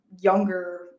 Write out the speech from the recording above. younger